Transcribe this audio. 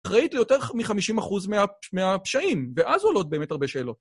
אחראית ליותר מ-50% מהפשעים, ואז עולות באמת הרבה שאלות.